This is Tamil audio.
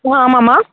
ஆ ஆமாம்மா